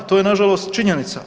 To je na žalost činjenica.